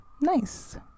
nice